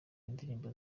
indirimbo